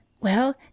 Well